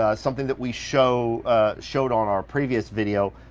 ah something that we show showed on our previous video.